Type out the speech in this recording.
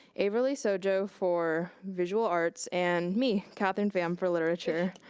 averly sojo for visual arts, and me, katherine pham for literature.